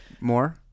more